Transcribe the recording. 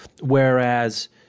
Whereas